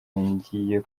ngiyo